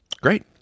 Great